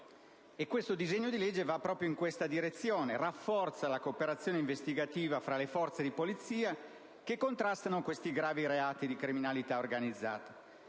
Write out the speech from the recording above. Questo disegno di legge va proprio nella direzione di rafforzare la cooperazione investigativa tra le forze di polizia che contrastano questi gravi reati di criminalità organizzata,